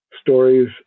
stories